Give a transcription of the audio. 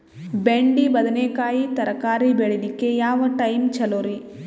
ಬೆಂಡಿ ಬದನೆಕಾಯಿ ತರಕಾರಿ ಬೇಳಿಲಿಕ್ಕೆ ಯಾವ ಟೈಮ್ ಚಲೋರಿ?